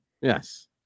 Yes